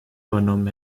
übernommen